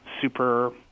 super